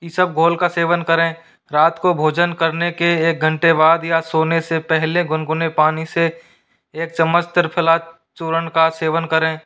इसबगोल का सेवन करें रात को भोजन करने के एक घंटे बाद या सोने से पहले गुनगुने पानी से एक चम्मच त्रिफला चूरन का सेवन करें